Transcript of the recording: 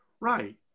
Right